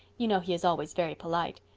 you know he is always very polite.